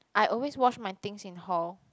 I always wash my things in hall